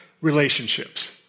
relationships